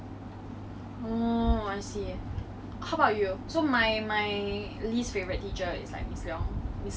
我真的不喜欢他教的方法 the way she teach I seriously don't understand